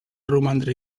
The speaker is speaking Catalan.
romandre